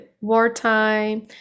wartime